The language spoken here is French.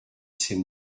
c’est